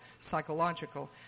psychological